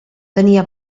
tenia